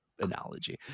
analogy